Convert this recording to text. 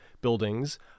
buildings